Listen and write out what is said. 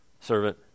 servant